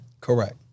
Correct